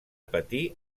patir